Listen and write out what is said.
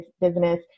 business